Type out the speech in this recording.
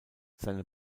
seine